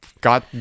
got